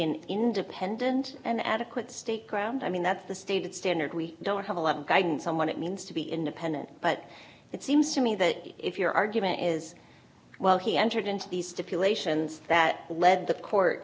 an independent and adequate state ground i mean that's the stated standard we don't have a lot of guidance on what it means to be independent but it seems to me that if your argument is well he entered into these stipulations that lead the court